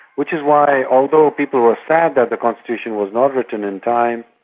which is why although people were sad that the constitution was not written in time,